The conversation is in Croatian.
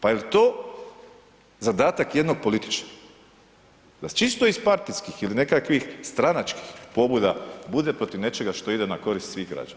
Pa jel to zadatak jednog političara da čisto iz partijskih ili nekakvih stranačkih pobuda bude protiv nečega što ide na korist svih građana.